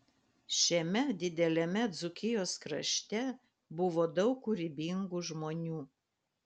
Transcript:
šiame dideliame dzūkijos krašte buvo daug kūrybingų žmonių